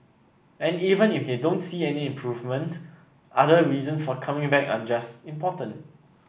and even if they don't see any improvement other reasons for coming back are just important